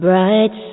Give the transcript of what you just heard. Bright